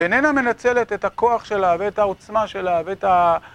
איננה מנצלת את הכוח שלה ואת העוצמה שלה ואת ה...